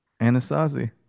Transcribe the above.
Anasazi